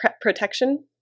protection